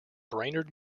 brainerd